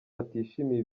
atishimiye